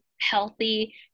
healthy